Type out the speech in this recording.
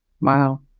Wow